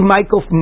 Michael